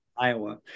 iowa